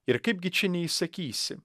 ir kaipgi čia neįsakysi